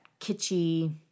kitschy